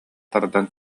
тардан